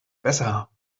besser